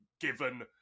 given